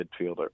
midfielder